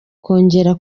kongera